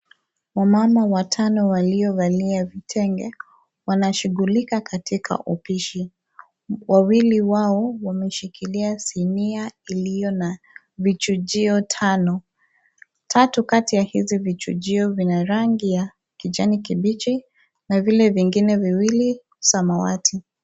Wamama watano waliovalia vitenge, wanashughulika katika upishi. Wawili wao wameshikilia sinia iliyo na vichujio tano. Tatu kati ya hizi vichujio vina rangi ya kijani kibichi, na vile vingine viwili, samawati.